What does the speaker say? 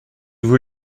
vous